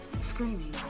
screaming